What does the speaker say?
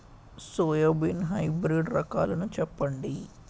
Soybean hybrid రకాలను చెప్పండి?